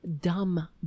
dumb